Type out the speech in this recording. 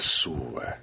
sua